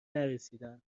نرسیدن